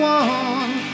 one